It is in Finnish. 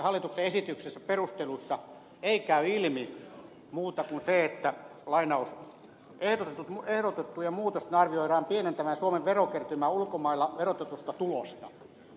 hallituksen esityksen perusteluista ei käy ilmi muuta kuin se että ehdotettujen muutosten arvioidaan pienentävän suomen verokertymää ulkomailla verotetusta tulosta